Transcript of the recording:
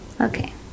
okay